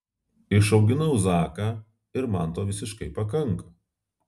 išauginau zaką ir man to visiškai pakanka